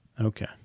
Okay